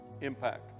impact